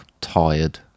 tired